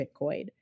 bitcoin